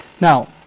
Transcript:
Now